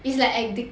it's like addic~